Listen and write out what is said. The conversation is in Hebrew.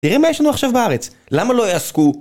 תראי מה יש לנו עכשיו בארץ, למה לא יעסקו?